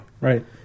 Right